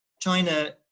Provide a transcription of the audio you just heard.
China